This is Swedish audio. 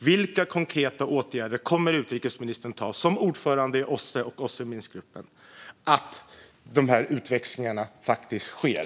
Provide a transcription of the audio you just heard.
Vilka konkreta åtgärder kommer utrikesministern att vidta, som ordförande i OSSE och OSSE:s Minskgrupp, så att utväxlingarna faktiskt sker?